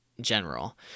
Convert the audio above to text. general